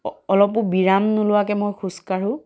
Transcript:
অ অলপো বিৰাম নোলোৱাকৈ মই খোজকাঢ়োঁ